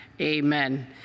amen